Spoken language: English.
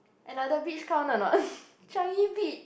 another beach count or not Changi-Beach